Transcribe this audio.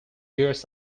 years